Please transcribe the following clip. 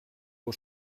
vos